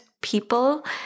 people